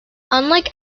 unlike